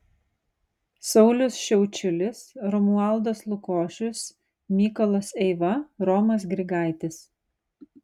saulius šiaučiulis romualdas lukošius mykolas eiva romas grigaitis